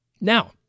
Now